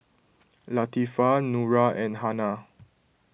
Latifa Nura and Hana